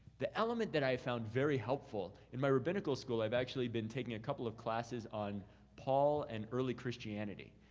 the element that i found very helpful. in my rabbinical school, i've actually been taking a couple of classes on paul and early christianity.